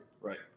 Right